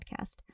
podcast